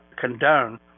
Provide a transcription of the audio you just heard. condone